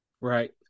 Right